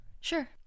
Sure